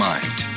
Mind